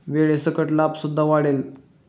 वेळेसकट लाभ सुद्धा वाढेल